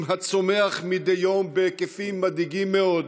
הצומח מדי יום בהיקפים מדאיגים מאוד,